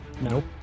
Nope